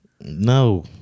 No